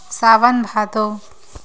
सावन भादो